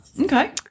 Okay